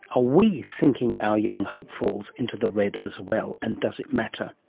ah we sinking our young hopefuls into the red as well, and does it matter?